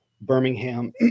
Birmingham